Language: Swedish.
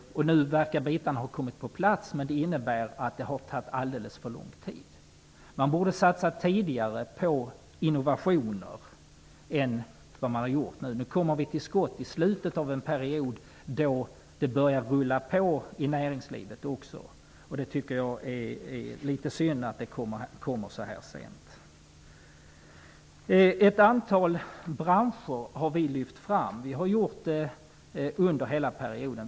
Nu verkar bitarna ha kommit på plats, men det har tagit alldeles för lång tid. Man borde ha satsat på innovationer tidigare än vad man nu har gjort. Nu kommer man till skott i slutet av en period, då det börjar rulla på i näringslivet. Det är synd att det kommer så sent. Vi har lyft fram ett antal branscher. Vi har gjort det under hela perioden.